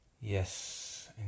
yes